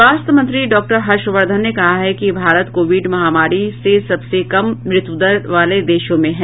स्वास्थ्य मंत्री डॉ हर्षवर्धन ने कहा है कि भारत कोविड महामारी से सबसे कम मृत्युदर वाले देशो में है